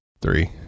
Three